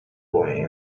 boy